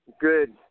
good